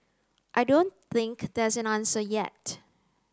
I don't think there's an answer yet